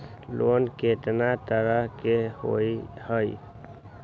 Loan केतना तरह के होअ हई?